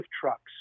trucks